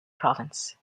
province